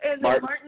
Martin